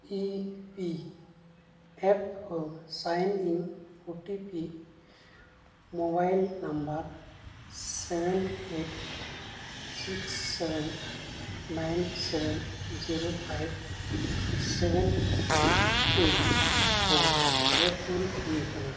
E P F O sign in O T P mobile number seven eight six seven nine seven zero five seven two four ᱨᱮ ᱠᱩᱞ ᱦᱩᱭ ᱟᱠᱟᱱᱟ